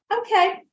Okay